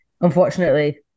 unfortunately